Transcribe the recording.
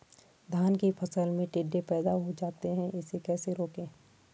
धान की फसल में टिड्डे पैदा हो जाते हैं इसे कैसे रोकें?